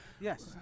Yes